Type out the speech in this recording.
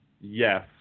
yes